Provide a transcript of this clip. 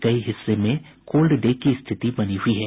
कई हिस्से में कोल्ड डे की स्थिति बनी हुई हैं